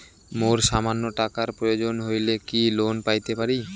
মোর সামান্য টাকার প্রয়োজন হইলে কি লোন পাইতে পারি?